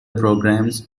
programmes